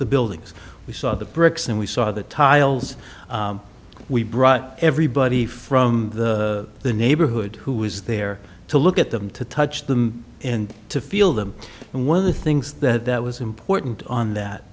the buildings we saw the bricks and we saw the tiles we brought everybody from the neighborhood who was there to look at them to touch them and to feel them and one of the things that that was important on that